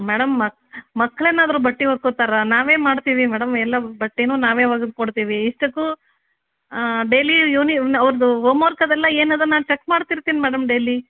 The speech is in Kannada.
ಮೇಡಮ್ ಮಕ್ಳು ಏನಾದ್ರೂ ಬಟ್ಟೆ ಒಕ್ಕೋತಾರ ನಾವೇ ಮಾಡ್ತೀವಿ ಮೇಡಮ್ ಎಲ್ಲ ಬಟ್ಟೆನು ನಾವೇ ಒಗ್ದು ಕೊಡ್ತೀವಿ ಇಷ್ಟಕ್ಕೂ ಡೇಲಿ ಯೂನಿ ಅವರ್ದು ಹೋಮ್ವರ್ಕ್ ಅದೆಲ್ಲ ಏನದ ನಾ ಚಕ್ ಮಾಡ್ತಿರ್ತಿನಿ ಮೇಡಮ್ ಡೈಲಿ